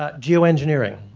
ah geo-engineering,